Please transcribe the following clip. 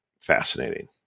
fascinating